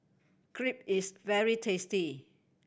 crepe is very tasty